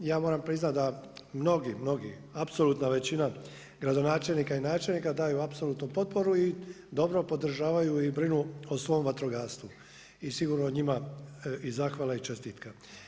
Ja moram priznat da mnogi, mnogi apsolutna većina gradonačelnika i načelnika daju apsolutnu potporu i dobro podržavaju i brinu o svom vatrogastvu i sigurno njima i zahvala i čestitka.